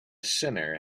sinner